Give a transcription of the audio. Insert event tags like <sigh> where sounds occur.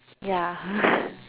ya <laughs>